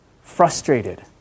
frustrated